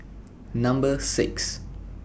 Number six